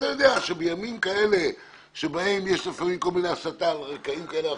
ואתה יודע שבימים כאלה שבהם יש לפעמים כל מיני הסתה על רקעים כאלה או